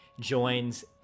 joins